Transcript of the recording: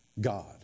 God